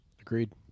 Agreed